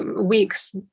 weeks